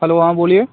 hello हाँ बोलिए